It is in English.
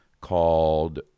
called